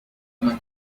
much